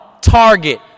Target